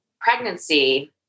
pregnancy